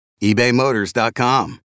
eBayMotors.com